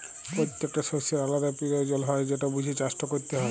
পত্যেকট শস্যের আলদা পিরয়োজন হ্যয় যেট বুঝে চাষট ক্যরতে হয়